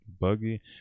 Buggy